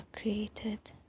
created